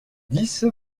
dix